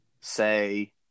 say